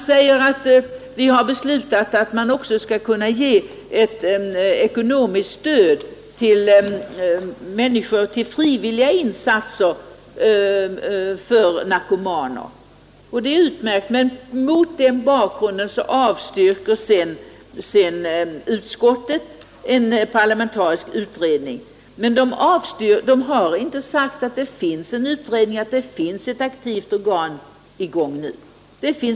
Det heter också i betänkandet att ekonomiskt stöd skall kunna ges till frivilliga insatser på narkomanvårdsområdet. Det är utmärkt, men mot den bakgrunden avstyrker sedan utskottet förslaget om en parlamentarisk utredning. Man har således inte sagt, att det finns en utredning eller något annat aktivt organ i arbete nu.